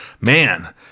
Man